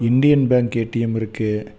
Indian bank ATM இருக்கு